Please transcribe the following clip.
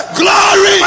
glory